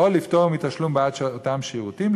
ולדאוג לזמן לשם גם את השרים המדוברים.